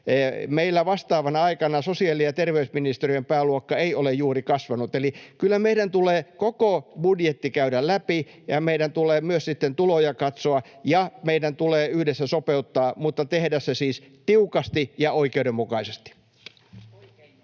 Meillä vastaavana aikana sosiaali- ja terveysministeriön pääluokka ei ole juuri kasvanut. Eli kyllä meidän tulee koko budjetti käydä läpi ja meidän tulee myös sitten tuloja katsoa ja meidän tulee yhdessä sopeuttaa, mutta tehdä se siis tiukasti ja oikeudenmukaisesti.